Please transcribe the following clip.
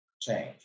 change